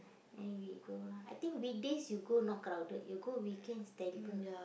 then we go lah I think weekdays you go not crowded you go weekends terrible